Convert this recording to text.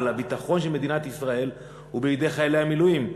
אבל הביטחון של מדינת ישראל הוא בידי חיילי המילואים,